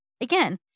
Again